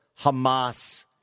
Hamas